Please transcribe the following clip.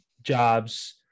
jobs